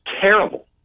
terrible